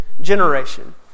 generation